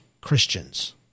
Christians